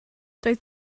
doedd